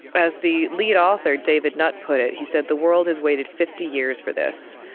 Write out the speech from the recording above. as the lead author david nutt put it, he said the world has waited fifty years for this,